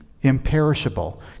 Imperishable